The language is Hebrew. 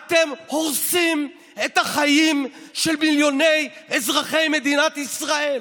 אתם הורסים את החיים של מיליוני אזרחי מדינת ישראל.